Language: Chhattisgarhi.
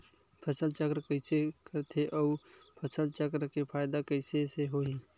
फसल चक्र कइसे करथे उ फसल चक्र के फ़ायदा कइसे से होही?